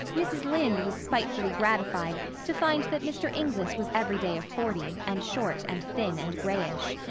mrs. lynde was spitefully gratified to find that mr. inglis was every day of forty, and short and thin and grayish.